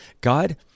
God